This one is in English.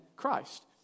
christ